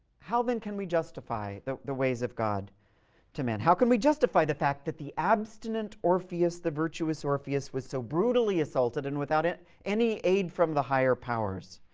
how then can we justify the the ways of god to men? how can we justify the fact that the abstinent orpheus, the virtuous orpheus, was so brutally assaulted and without any aid from the higher powers?